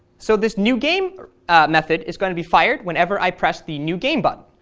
so this new game method is going to be fired whenever i press the new game button.